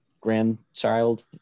grandchild